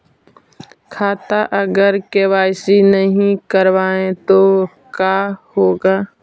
खाता अगर के.वाई.सी नही करबाए तो का होगा?